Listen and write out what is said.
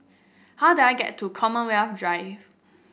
how do I get to Commonwealth Drive